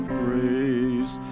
grace